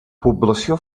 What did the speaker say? població